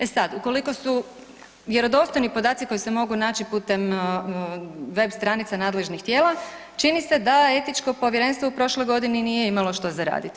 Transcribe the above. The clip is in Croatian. E sad, ukoliko su vjerodostojni podaci koji se mogu naći putem web stranica nadležnih tijela čini se da etičko povjerenstvo u prošloj godini nije imalo što za raditi.